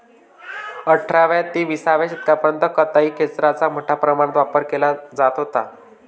अठराव्या ते विसाव्या शतकापर्यंत कताई खेचराचा मोठ्या प्रमाणावर वापर केला जात होता